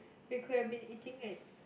we could have been eating it